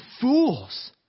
fools